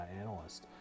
analyst